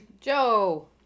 Joe